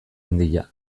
handia